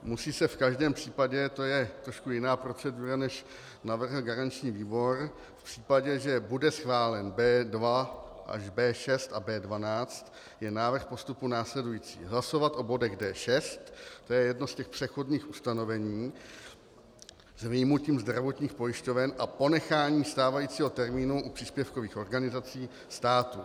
Musí se v každém případě, to je trošku jiná procedura, než navrhl garanční výbor, v případě, že bude schválen B2 až B6 a B12, je návrh postupu následující: Hlasovat o bodech D6, to je jedno z těch přechodných ustanovení, s vyjmutím zdravotních pojišťoven a ponecháním stávajícího termínu u příspěvkových organizací státu.